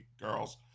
girls